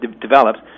developed